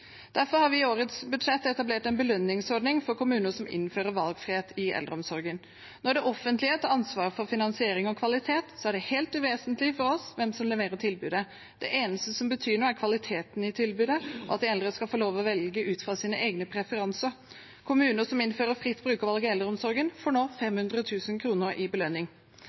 Derfor har vi i årets budsjett etablert en belønningsordning for kommuner som innfører valgfrihet i eldreomsorgen. Når det offentlige tar ansvar for finansiering og kvalitet, er det helt uvesentlig for oss hvem som leverer tilbudet. Det eneste som betyr noe, er kvaliteten i tilbudet, at de eldre skal få lov til å velge ut fra sine egne preferanser. Kommuner som innfører fritt brukervalg i eldreomsorgen, får nå 500 000 kr i belønning.